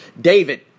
David